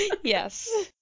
Yes